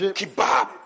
kebab